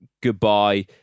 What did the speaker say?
Goodbye